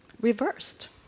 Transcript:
reversed